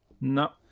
No